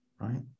right